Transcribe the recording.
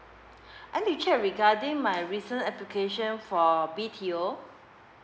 I need to check regarding my recent application for B_T_O